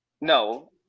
No